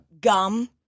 gum